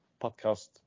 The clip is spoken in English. podcast